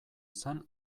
izan